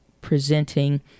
presenting